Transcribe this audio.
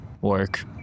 work